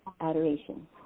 Adoration